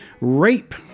rape